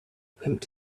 pimped